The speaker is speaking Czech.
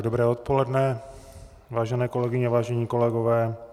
Dobré odpoledne, vážené kolegyně a vážení kolegové.